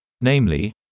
Namely